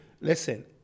Listen